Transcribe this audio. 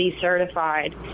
certified